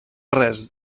res